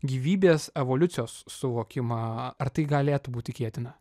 gyvybės evoliucijos suvokimą ar tai galėtų būt tikėtina